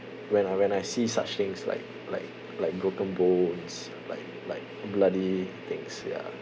when I when I see such things like like like broken bones like like bloody things ya